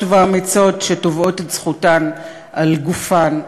ואמיצות שתובעות את זכותן על גופן.